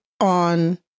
on